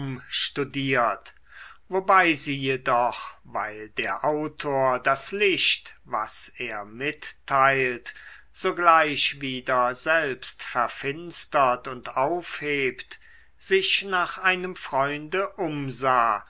studiert wobei sie jedoch weil der autor das licht was er mitteilt sogleich wieder selbst verfinstert und aufhebt sich nach einem freunde umsah